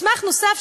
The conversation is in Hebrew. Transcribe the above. מסמך נוסף,